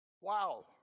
Wow